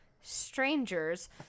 strangers